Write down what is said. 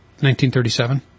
1937